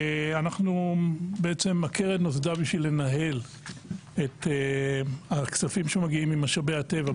הקרן נוסדה בשביל לנהל את הכספים ממשאבי הטבע,